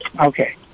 Okay